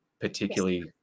particularly